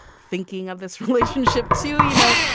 thinking of this relationship to, you know,